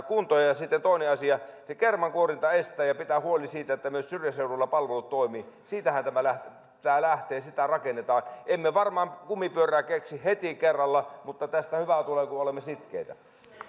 kuntoon sitten toinen asia kermankuorinta tulee estää ja pitää huoli siitä että myös syrjäseudulla palvelut toimivat siitähän tämä lähtee ja sitä rakennetaan emme varmaan kumipyörää keksi heti kerralla mutta tästä hyvä tulee kun olemme sitkeitä